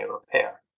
repair